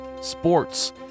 sports